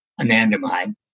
anandamide